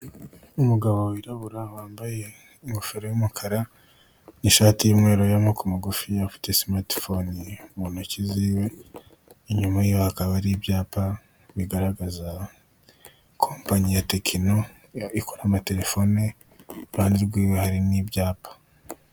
Kuri iyi shusho ya gatatu ndabona ibinyabiziga by'abashinzwe umutekano wo mu Rwanda, ikinyabiziga kimwe gifite ikarita y'ikirango k'ibinyabiziga, gifite inyuguti ra na pa nomero magana abiri na makumyabiri na kane na.